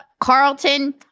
Carlton